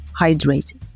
Hydrated